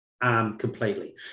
Completely